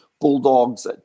Bulldogs